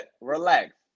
Relax